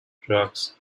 trucks